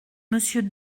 monsieur